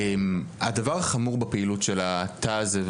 הדבר החמור בפעילות של התא הזה,